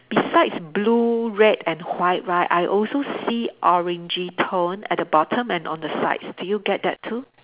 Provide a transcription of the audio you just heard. besides blue red and white right I also see orangey tone at the bottom and on the sides do you get that too